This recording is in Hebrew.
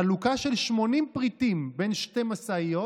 חלוקה של 80 פריטים בין שתי משאיות,